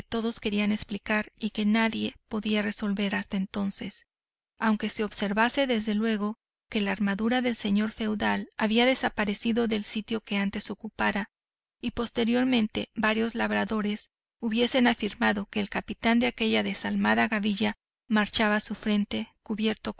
todos querían explicar y que nadie podía resolver hasta entonces aunque se observase desde luego que la armadura del señor feudal había desaparecido del sitio que antes ocupara y posteriormente varios labradores hubiesen afirmado que el capitán de aquella desalmada gavilla marchaba a su frente cubierto